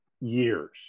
years